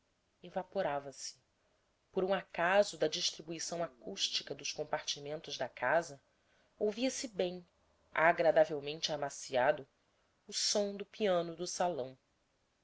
evaporava se por um acaso da distribuição acústica dos compartimentos da casa ouvia-se bem agradavelmente amaciado o som do piano do salão